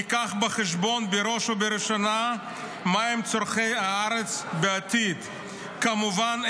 ניקח בחשבון בראש ובראשונה מהם צורכי הארץ בעתיד --- כמובן,